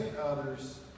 others